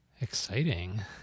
Exciting